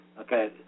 okay